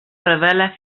revela